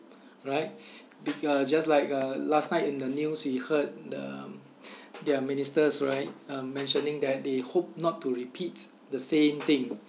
right uh just like uh last night in the news we heard the their ministers right uh mentioning that they hope not to repeat the same thing